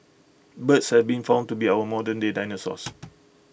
birds have been found to be our modernday dinosaurs